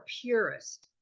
purist